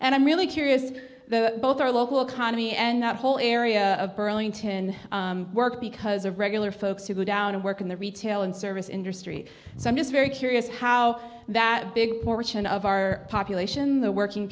and i'm really curious both our local economy and that whole area of burlington work because of regular folks who would out of work in the retail and service industry so i'm just very curious how that big portion of our population the working